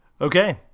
Okay